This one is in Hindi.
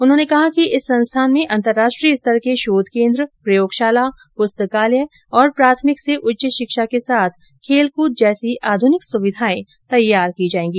उन्होंने कहा कि इस संस्थान में अंतरराष्ट्रीय स्तर के शोध केंद्र प्रयोगशाला पुस्तकालय और प्राथमिक से उच्च शिक्षा के साथ खेलकूद जैसी आधुनिक सुविधाए तैयार की जायेंगी